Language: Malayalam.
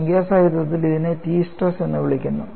സംഖ്യാ സാഹിത്യത്തിൽ ഇതിനെ T സ്ട്രെസ് എന്ന് വിളിക്കുന്നു